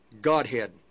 Godhead